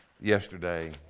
yesterday